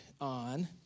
on